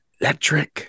electric